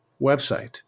website